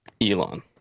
Elon